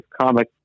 comic